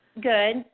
Good